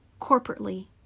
corporately